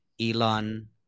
Elon